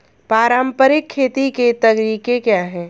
पारंपरिक खेती के तरीके क्या हैं?